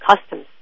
customs